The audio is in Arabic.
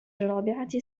الرابعة